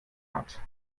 hat